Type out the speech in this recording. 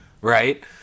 right